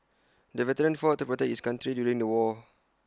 the veteran fought to protect his country during the war